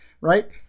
right